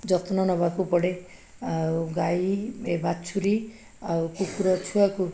ଯତ୍ନ ନବାକୁ ପଡ଼େ ଆଉ ଗାଈ ଏ ବାଛୁରି ଆଉ କୁକୁର ଛୁଆକୁ